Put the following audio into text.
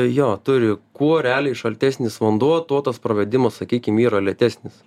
jo turi kuo realiai šaltesnis vanduo tuo tas pravedimas sakykim yra lėtesnis